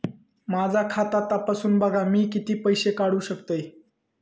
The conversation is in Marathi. माझा खाता तपासून बघा मी किती पैशे काढू शकतय?